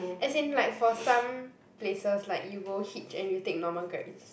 as in like for some places like you go hitch and you take normal Grab it's